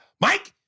Mike